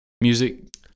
Music